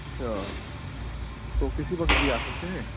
اچھا تو کسی وقت بھی آ سکتے ہیں